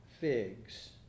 figs